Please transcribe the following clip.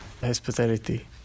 hospitality